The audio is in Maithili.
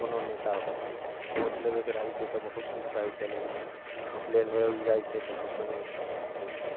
कोनो नेता होइ वोट लेबेके रहै छै तऽ बहुत कुछ कहै छै लेकिन वोट लेल हो जाइ छै तऽ कुछो नहि होइ छै